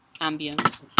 ambience